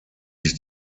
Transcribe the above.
sich